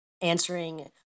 answering